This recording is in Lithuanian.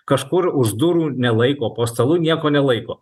kažkur už durų nelaiko po stalu nieko nelaiko